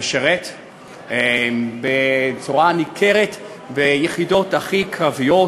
לשרת בצורה ניכרת ביחידות הכי קרביות.